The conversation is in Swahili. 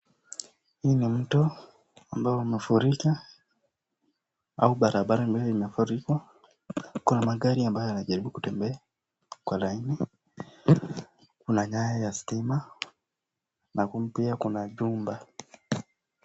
Huu ni mto ambao umefurika au barabara ambayo imefurikwa ,kuna magari ambayo yanajaribu kutembea kwa laini , kuna nyaya ya stima na humu pia kuna jumba.